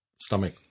stomach